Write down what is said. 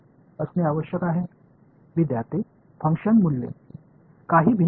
ஒரு சில தனித்துவமான புள்ளிகளில் ஃபங்ஷனின்மதிப்பு